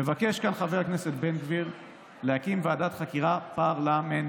מבקש חבר הכנסת בן גביר להקים ועדת חקירה פרלמנטרית,